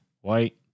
white